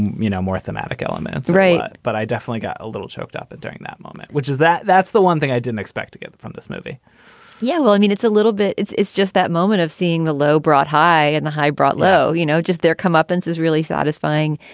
you know, more thematic elements. right. but i definitely got a little choked up and during that moment, which is that that's the one thing i didn't expect to get from this movie yeah. well i mean it's a little bit it's it's just that moment of seeing the low brought high and the high brought low. you know, just their comeuppance is really satisfying.